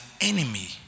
enemy